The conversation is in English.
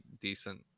decent